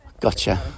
Gotcha